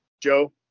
Joe